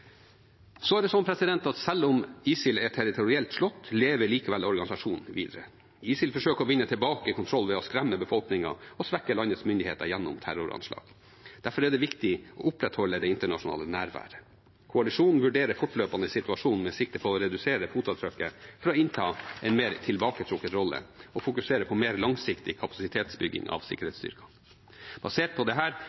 Selv om ISIL er territorielt slått, lever likevel organisasjonen videre. ISIL forsøker å vinne tilbake kontroll ved å skremme befolkningen og svekke landets myndigheter gjennom terroranslag. Derfor er det viktig å opprettholde det internasjonale nærværet. Koalisjonen vurderer fortløpende situasjonen med sikte på å redusere fotavtrykket for å innta en mer tilbaketrukket rolle og fokusere på mer langsiktig kapasitetsbygging av